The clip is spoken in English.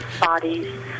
bodies